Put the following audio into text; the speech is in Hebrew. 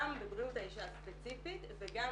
גם בריאות האישה הספציפית וגם,